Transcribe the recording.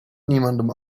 niemandem